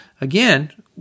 again